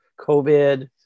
COVID